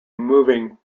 moving